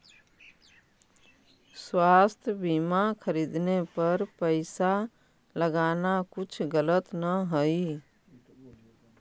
स्वास्थ्य बीमा खरीदने पर पैसा लगाना कुछ गलत न हई